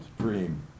dream